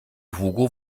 hugo